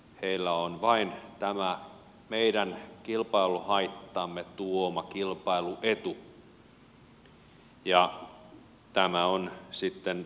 heillä on vain tämä meidän kilpailuhaittamme tuoma kilpailuetu ja tämä on sitten ranskasta etelään päin